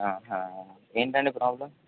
ఏంటండి ప్రాబ్లమ్